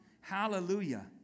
Hallelujah